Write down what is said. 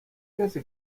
کسی